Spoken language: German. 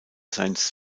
science